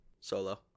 solo